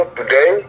today